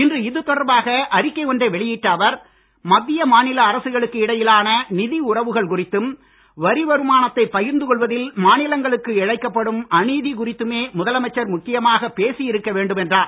இன்று இதுதொடர்பாக அறிக்கை ஒன்றை வெளியிட்ட அவர் மத்திய மாநில அரசுகளுக்கு இடையிலான நிதி உறவுகள் குறித்தும் வரி வருமானத்தை பகிர்ந்து கொள்வதில் மாநிலங்களுக்கு இழைக்கப்படும் அநீதி குறித்துமே முதலமைச்சர் முக்கியமாக பேசி இருக்க வேண்டும் என்றார்